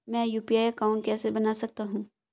मैं UPI account कैसे बना सकता हूं?